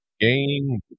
game